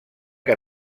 que